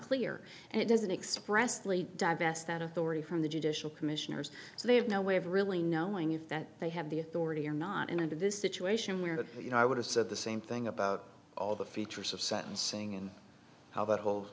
clear and it doesn't express lee divest that authority from the judicial commissioners so they have no way of really knowing if that they have the authority or not into this situation where you know i would have said the same thing about all the features of sentencing and how that whole